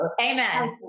Amen